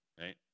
right